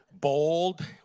bold